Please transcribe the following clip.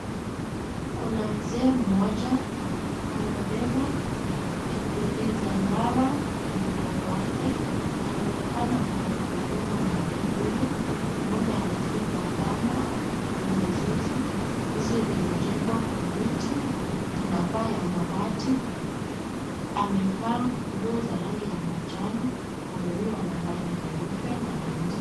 Kuna mzee mmoja amebeba kifuliza dawa kwenye mgongo wake. Anaonekana anayemfuliza ng'ombe huyu.Ng'ombe amfungwa kamba kwenye zizi .Zizi limejengwa kwa miti, lina paa la mabati .Amevaa nguo za rangi ya manjano.Ng'ombe huyu ana rangi nyeupe na nyeusi.